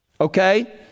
Okay